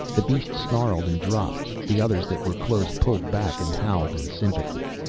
the beast snarled and dropped, the others that were close pulled back and howled in sympathy.